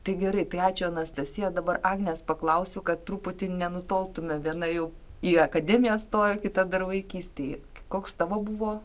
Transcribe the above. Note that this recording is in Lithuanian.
tai gerai tai ačiū anastasija dabar agnės paklausiu kad truputį nenutoltume viena jau į akademiją stoja kita dar vaikystėj koks tavo buvo